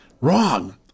wrong